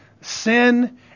sin